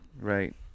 Right